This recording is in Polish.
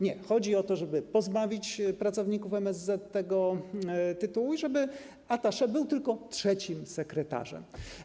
Nie, chodzi o to, żeby pozbawić pracowników MSZ tego tytułu i żeby attaché był tylko trzecim sekretarzem.